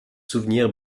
souvenir